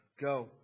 go